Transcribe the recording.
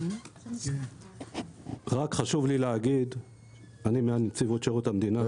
אני מנציבות שירות המדינה.